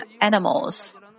animals